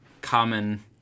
common